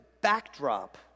backdrop